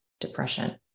depression